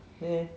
eh